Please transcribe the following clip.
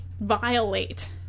violate